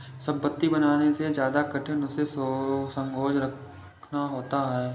संपत्ति बनाने से ज्यादा कठिन उसे संजोए रखना होता है